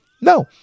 No